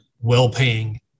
well-paying